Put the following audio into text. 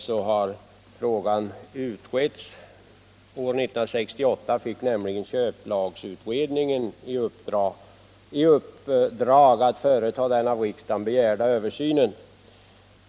Sedan har frågan varit under utredning genom att köplagutredningen år 1968 fick i uppdrag att företa den av riksdagen begärda översynen.